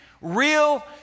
real